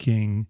King